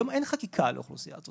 היום אין חקיקה לאוכלוסייה הזאת.